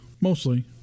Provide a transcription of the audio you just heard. mostly